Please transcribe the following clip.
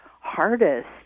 hardest